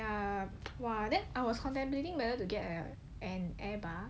ya !wah! then I was contemplating whether to get a air air bar